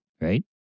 Right